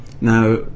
Now